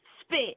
spit